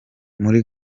muri